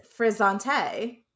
Frizzante